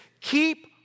keep